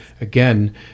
again